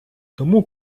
тому